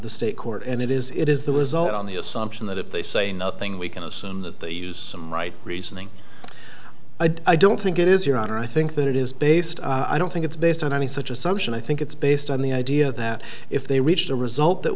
the state court and it is it is the result on the assumption that if they say nothing we can assume that they use right reasoning i don't think it is your honor i think that it is based on i don't think it's based on any such assumption i think it's based on the idea that if they reached a result that